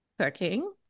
cooking